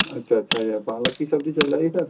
अच्छा अच्छा ये पालक की सब्जी चल जाएगी सर